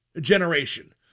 generation